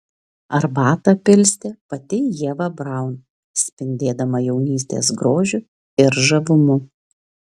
arbatą pilstė pati ieva braun spindėdama jaunystės grožiu ir žavumu